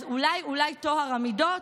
אז אולי אולי טוהר המידות?